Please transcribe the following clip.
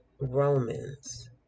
Romans